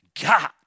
God